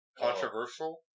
Controversial